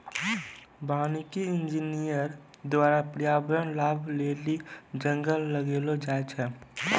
वानिकी इंजीनियर द्वारा प्रर्यावरण लाभ लेली जंगल लगैलो जाय छै